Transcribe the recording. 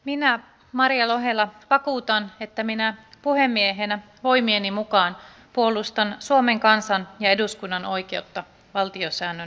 minä maria lohela vakuutan että minä puhemiehenä voimieni mukaan puolustan suomen kansan ja eduskunnan oikeutta valtiosäännön mukaan